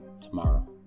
tomorrow